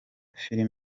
film